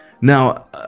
Now